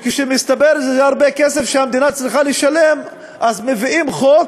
כשמסתבר שזה הרבה כסף שהמדינה צריכה לשלם אז מחוקקים חוק,